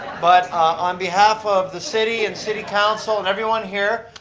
but on behalf of the city and city council and everyone here,